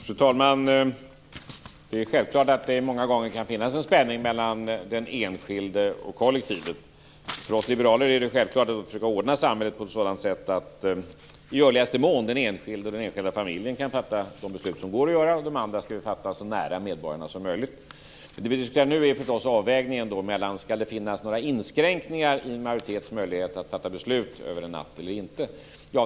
Fru talman! Det är självklart att det många gånger kan finnas en spänning mellan de enskilde och kollektivet. För oss liberaler är det självklart att samhället i görligaste mån måste ordnas på så sätt att den enskilde och den enskilda familjen kan fatta de beslut som är möjliga att fatta. Övriga beslut skall fattas så nära medborgarna som möjligt. Det som vi nu diskuterar är en avvägning om ifall det skall finnas några inskränkningar i en majoritets möjlighet att fatta beslut över en natt eller inte.